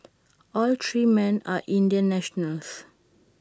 all three men are Indian nationals